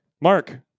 Mark